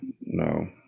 no